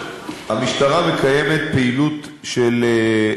המשטרה מקיימת פעילות כזאת,